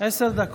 עשר דקות.